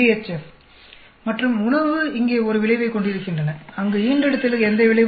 F மற்றும் உணவு இங்கே ஒரு விளைவைக் கொண்டிருக்கின்றன அங்கு ஈன்றெடுத்தலுக்கு எந்த விளைவும் இல்லை